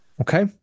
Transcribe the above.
Okay